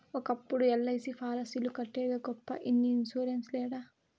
ఒకప్పుడు ఎల్.ఐ.సి పాలసీలు కట్టేదే గొప్ప ఇన్ని ఇన్సూరెన్స్ లేడ